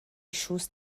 choses